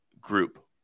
group